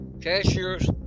cashier's